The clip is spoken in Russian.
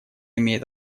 имеет